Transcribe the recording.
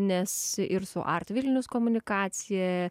nes ir su art vilnius komunikacija